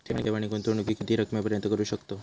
ठेव आणि गुंतवणूकी किती रकमेपर्यंत करू शकतव?